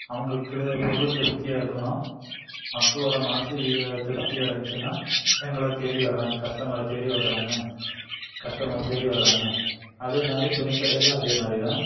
அவங்களுக்குளு பொருள் திருப்தியாக இருக்கணும் மக்களோடு மனசு ஏ திருப்தி அடைஞ்சினா எங்களை தேடி வராங்க கஸ்டமரை தேடி வராங்க கஸ்டமரு தேடி வர்றாங்க அதே மாதிரி துணி கடையில் அதே மாதிரி தான்